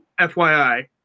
FYI